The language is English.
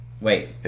Wait